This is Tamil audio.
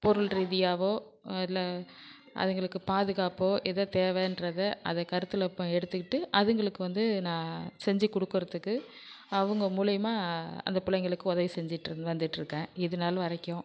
பொருள் ரீதியாகவோ இல்ல அதுங்களுக்கு பாதுகாப்போ எது தேவன்றத அதை கருத்தில் இப்போ எடுத்துக்கிட்டு அதுங்களுக்கு வந்து நான் செஞ்சு கொடுக்கறத்துக்கு அவங்க மூலியமாக அந்த பிள்ளைங்களுக்கு உதவி செஞ்சிட்டு வந்துட்டுருக்கேன் இது நாள் வரைக்கும்